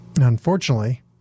Unfortunately